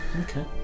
Okay